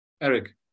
Eric